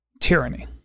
tyranny